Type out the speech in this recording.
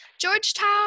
Georgetown